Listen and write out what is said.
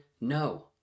no